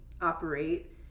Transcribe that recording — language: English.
operate